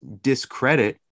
discredit